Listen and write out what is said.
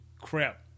crap